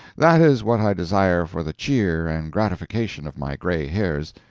that is what i desire for the cheer and gratification of my gray hairs.